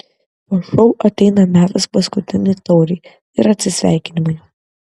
po šou ateina metas paskutinei taurei ir atsisveikinimui